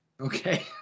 Okay